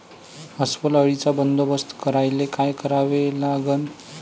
अस्वल अळीचा बंदोबस्त करायले काय करावे लागन?